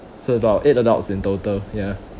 so about eight adults in total ya